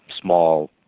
small